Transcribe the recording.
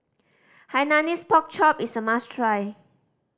Hainanese Pork Chop is a must try